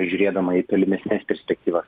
žiūrėdama į tolimesnes perspektyvas